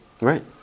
right